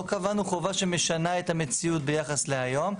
לא קבענו חובה שמשנה את המציאות ביחס להיום,